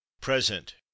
Present